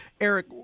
Eric